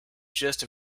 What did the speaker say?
gist